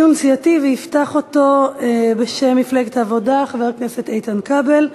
ויפתח אותו בשם מפלגת העבודה חבר הכנסת איתן כבל.